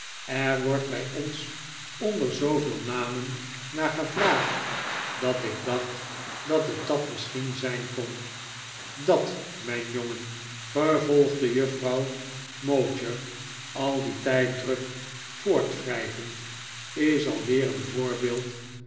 er wordt bij ons onder zoo veel namen naar gevraagd dat ik dacht dat t dat misschien zijn kon dat mijn jongen vervolgde juffrouw mowcher al dien tijd druk voortwrijvend is alweer een voorbeeld